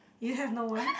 you have no one